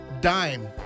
dime